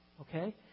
okay